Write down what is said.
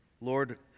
Lord